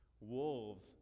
Wolves